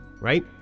right